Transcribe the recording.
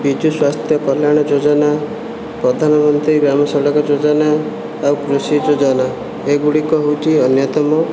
ବିଜୁ ସ୍ୱାସ୍ଥ୍ୟ କଲ୍ୟାଣ ଯୋଜନା ପ୍ରଧାନ ମନ୍ତ୍ରୀ ଗ୍ରାମ୍ୟ ସଡ଼କ ଯୋଜନା ଆଉ କୃଷି ଯୋଜନା ଏଗୁଡ଼ିକ ହେଉଛି ଅନ୍ୟତମ